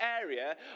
area